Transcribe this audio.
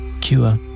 cure